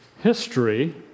History